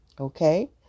Okay